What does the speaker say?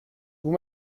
vous